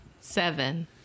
Seven